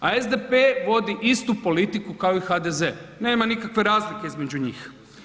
A SDP vodi istu politiku kao i HDZ, nema nikakve razlike između njih.